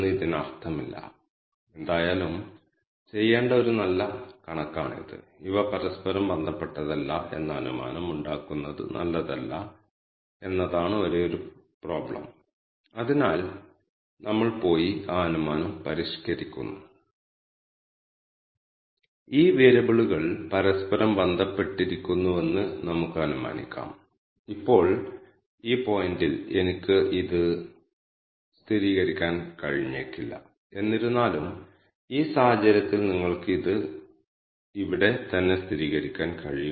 ഇതിനർത്ഥം ഞങ്ങളുടെ പക്കലുള്ള ഡാറ്റ ലേബൽ ചെയ്യപ്പെടാത്തതാണ് കൂടാതെ ഈ ലേബൽ ചെയ്യാത്ത ഡാറ്റയിൽ നിന്ന് ഒരാൾ പഠിക്കാൻ ആഗ്രഹിക്കുമ്പോൾ സൂപ്പർവൈസ്ഡ് അല്ലാത്ത ലേണിങ് ടെക്ക്നിക്കിലേക്ക് പോകണം